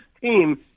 team